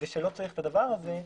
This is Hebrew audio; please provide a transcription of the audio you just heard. ושלא צריך את הדבר הזה.